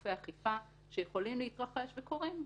גופי אכיפה שיכולים להתרחש, וקורים.